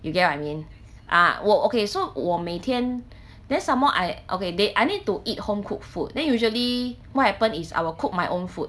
you get what I mean ah 我 okay so 我每天 then some more I okay they I need to eat home cooked food then usually what happen is I will cook my own food